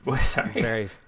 Sorry